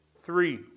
Three